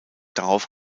darauf